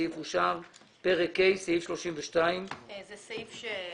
הצבעה בעד פה אחד סעיף 31 נתקבל.